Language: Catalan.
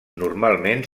normalment